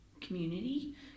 community